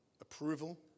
approval